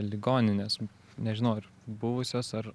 ligoninės nežinau ar buvusios ar